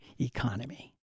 economy